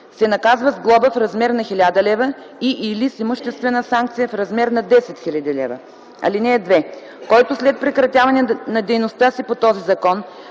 се наказва с глоба в размер на 1000 лв. и/или с имуществена санкция в размер на 10 000 лв. (2) Който след прекратяване на дейността си по този закон